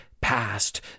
past